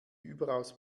überaus